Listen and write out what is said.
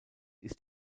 ist